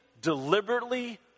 deliberately